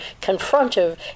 confrontive